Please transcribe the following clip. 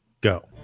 go